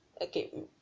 Okay